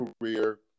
career